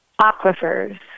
aquifers